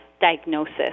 diagnosis